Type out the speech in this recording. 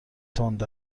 تند